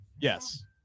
Yes